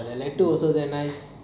also very nice